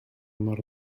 mor